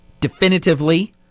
Definitively